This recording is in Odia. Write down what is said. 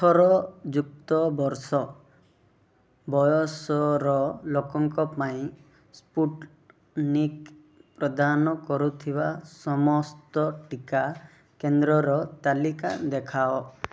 ଅଠର ଯୁକ୍ତ ବର୍ଷ ବୟସର ଲୋକଙ୍କ ପାଇଁ ସ୍ପୁଟନିକ୍ ପ୍ରଦାନ କରୁଥିବା ସମସ୍ତ ଟିକା କେନ୍ଦ୍ରର ତାଲିକା ଦେଖାଅ